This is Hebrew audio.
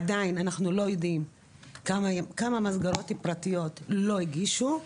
עדיין אנחנו לא יודעים כמה מסגרות פרטיות לא הגישו.